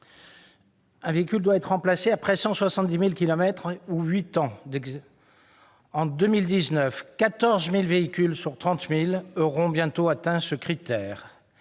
un véhicule doit être remplacé après 170 000 kilomètres ou huit ans. En 2019, 14 000 véhicules sur 30 000 auront bientôt atteint ce seuil.